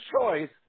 choice